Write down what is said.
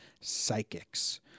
psychics